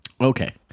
Okay